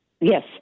Yes